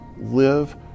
live